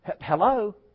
Hello